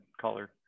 color